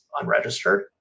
unregistered